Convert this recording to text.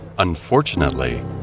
Unfortunately